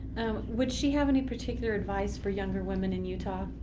would she have any particular advice for younger women in utah?